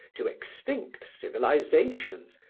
to extinct civilizations,